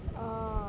ah